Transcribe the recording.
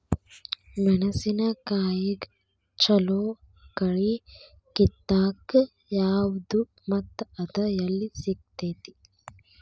ಮೆಣಸಿನಕಾಯಿಗ ಛಲೋ ಕಳಿ ಕಿತ್ತಾಕ್ ಯಾವ್ದು ಮತ್ತ ಅದ ಎಲ್ಲಿ ಸಿಗ್ತೆತಿ?